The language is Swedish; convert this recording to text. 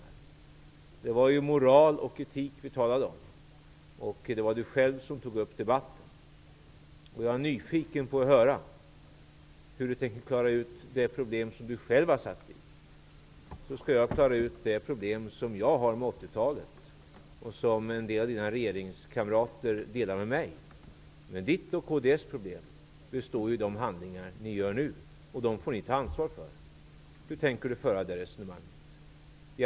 Det var moral och etik vi talade om. Det var Stefan Attefall själv som tog upp debatten. Jag är nyfiken på att höra hur han tänker reda ut de problem som han själv har skapat sig. Jag skall då reda ut de problem som jag har när det gäller 1980-talet och som en del av Stefan Attefalls regeringskamrater delar med mig. Men Stefan Attefalls och kds problem består i de handlingar de utför nu, och dem får de ta ansvar för. Hur tänker Stefan Attefall föra det resonemanget?